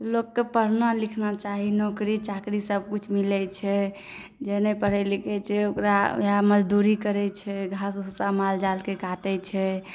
लोककेँ पढ़ना लिखना चाही नौकरी चाकरी सभकिछु मिलैत छै जे नहि पढ़ैत लिखैत छै ओकरा उएह मजदूरी करैत छै घास भूसा सभ माल जालके काटैत छै